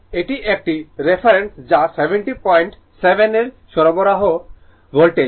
এটি একটি রেফারেন্স যা 707 এর সরবরাহ ভোল্টেজ